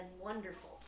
wonderful